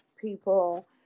people